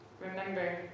remember